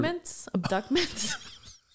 Abductments